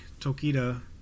Tokita